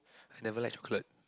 I never like chocolate